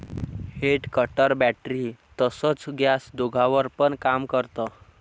head cutter battery तसच gas दोघांवर पण काम करत